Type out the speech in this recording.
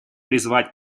призвать